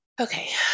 Okay